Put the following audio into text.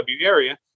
area